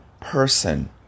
person